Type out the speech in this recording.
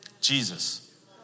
Jesus